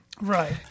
Right